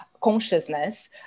consciousness